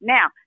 Now